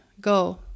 Go